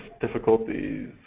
difficulties